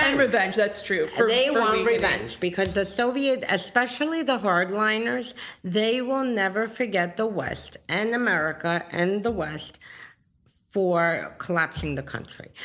and revenge. that's true. they want revenge, because the soviets especially the hard liners they will never forget the west and america and the west for collapsing the country.